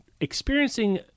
experiencing